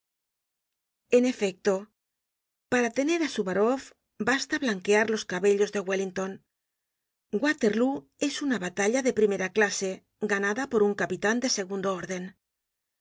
en efecto para tener á souwarow basta blanquear los cabellos de wellington waterlóo es una batalla de primera clase ganada por un capitan de segundo orden